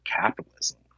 capitalism